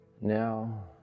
Now